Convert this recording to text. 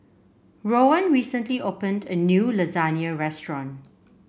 Rowan recently opened a new Lasagna restaurant